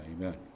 amen